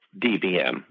dBm